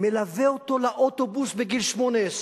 מלווה אותו לאוטובוס בגיל 18,